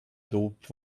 dope